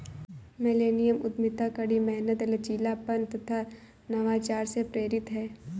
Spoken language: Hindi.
मिलेनियम उद्यमिता कड़ी मेहनत, लचीलापन तथा नवाचार से प्रेरित है